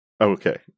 Okay